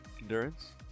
endurance